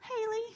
Haley